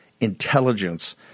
intelligence